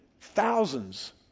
thousands